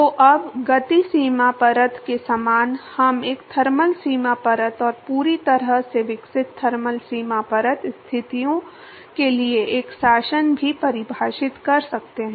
तो अब गति सीमा परत के समान हम एक थर्मल सीमा परत और पूरी तरह से विकसित थर्मल सीमा परत स्थितियों के लिए एक शासन भी परिभाषित कर सकते हैं